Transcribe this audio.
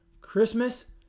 Christmas